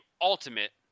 ultimate